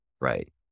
right